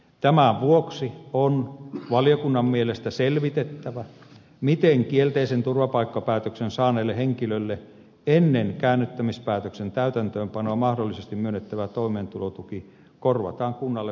tämän vuoksi on valiokunnan mielestä selvitettävä miten kielteisen turvapaikkapäätöksen saaneille henkilöille ennen käännyttämispäätöksen täytäntöönpanoa mahdollisesti myönnettävä toimeentulotuki korvataan kunnalle valtion varoista